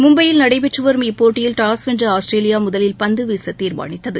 மும்பையில் நடைபெற்று வரும் இப்போட்டியில் டாஸ் வென்ற ஆஸ்திரேலியா முதலில் பந்துவீச தீர்மானித்தது